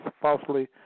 falsely